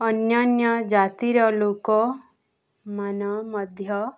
ଅନ୍ୟାନ୍ୟ ଜାତିର ଲୋକମାନ ମଧ୍ୟ